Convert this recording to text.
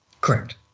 Correct